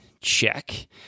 check